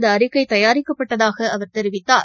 இந்தஅறிக்கைதயாரிக்கப்பட்டதாகஅவர் தெரிவித்தார்